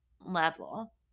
level